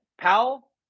Powell